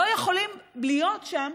לא יכולים להיות שם,